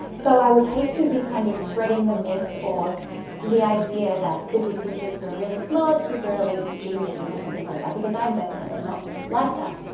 so i would hate to be kind of spreading the myth or the idea that physics is just for really smart, super elite, geniuses or something like that because i'm definitely not like that.